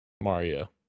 Mario